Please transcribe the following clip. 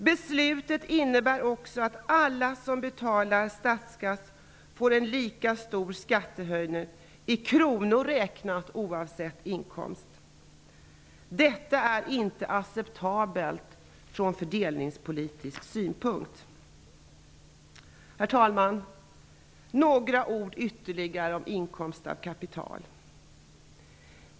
Beslutet innebär också att alla som betalar statsskatt får en lika stor skattehöjning i kronor räknat, oavsett inkomst. Detta är inte acceptabelt från fördelningspolitisk synpunkt. Herr talman! Jag skall säga ytterligare några ord om inkomst av kapital.